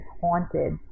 haunted